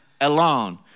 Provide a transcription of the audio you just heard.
alone